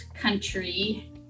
country